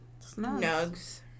Nugs